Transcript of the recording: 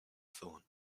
thorn